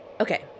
okay